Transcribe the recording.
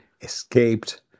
escaped